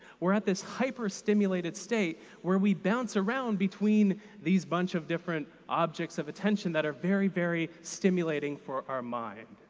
we're at this hyperstimulated state where we bounce around between these bunch of different objects of attention that are very, very stimulating for our mind.